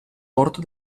porto